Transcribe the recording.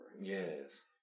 Yes